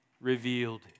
revealed